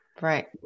Right